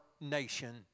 nation